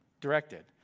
directed